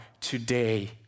today